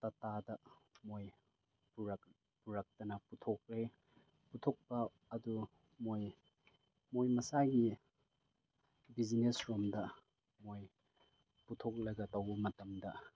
ꯇꯇꯥꯗ ꯃꯣꯏ ꯄꯨꯔꯛ ꯄꯨꯔꯛꯇꯅ ꯄꯨꯊꯣꯛꯂꯦ ꯄꯨꯊꯣꯛꯄ ꯑꯗꯨ ꯃꯣꯏ ꯃꯣꯏ ꯃꯁꯥꯒꯤ ꯕꯤꯖꯤꯅꯦꯁ ꯂꯣꯝꯗ ꯃꯣꯏ ꯄꯨꯊꯣꯛꯂꯒ ꯇꯧꯕ ꯃꯇꯝꯗ